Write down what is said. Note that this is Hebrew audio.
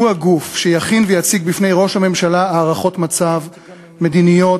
הוא הגוף שיכין ויציג בפני ראש הממשלה הערכות מצב מדיניות,